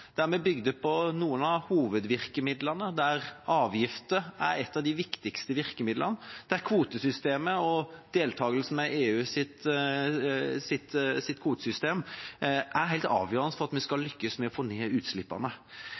der vi bygde på noen av hovedvirkemidlene, der avgifter er et av de viktigste virkemidlene, der kvotesystemet og deltakelsen i EUs kvotesystem er helt avgjørende for at vi skal lykkes med å få ned utslippene.